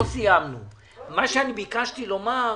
מה שאני ביקשתי לומר,